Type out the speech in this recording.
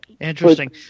Interesting